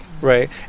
right